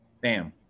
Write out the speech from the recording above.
Bam